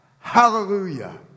hallelujah